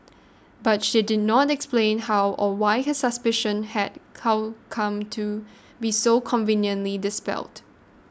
but she did not explain how or why her suspicions had cow come to be so conveniently dispelled